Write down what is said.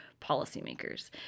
policymakers